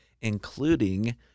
including